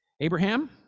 Abraham